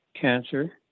cancer